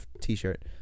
t-shirt